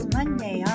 Monday